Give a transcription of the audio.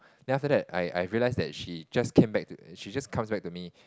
then after that I I realise that she just came back she just comes back to me